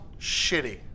shitty